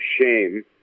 shame